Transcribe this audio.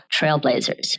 Trailblazers